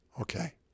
Okay